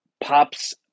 pops